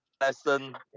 lesson